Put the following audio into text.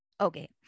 Okay